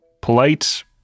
Polite